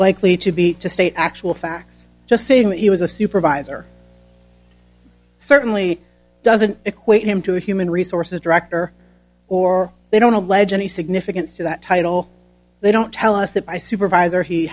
likely to be to state actual facts just saying that he was a supervisor certainly doesn't equate him to a human resources director or they don't allege any significance to that title they don't tell us that by supervisor he